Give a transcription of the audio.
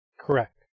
Correct